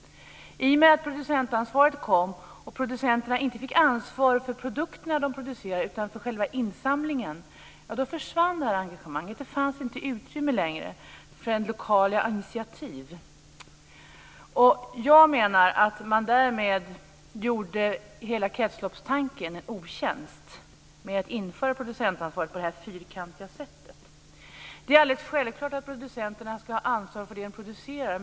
I och med att producentansvaret kom och producenterna inte fick ansvar för produkterna de producerar utan för själva insamlingen försvann engagemanget. Det fanns inte utrymme längre för lokala initiativ. Jag menar att man gjorde hela kretsloppstanken en otjänst genom att införa producentansvaret på det här fyrkantiga sättet. Det är alldeles självklart att producenterna ska ha ansvar för det de producerar.